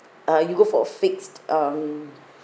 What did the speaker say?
uh you go for fixed um